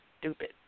stupid